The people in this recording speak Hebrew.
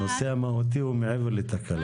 הנושא המהותי הוא מעבר לתקלה.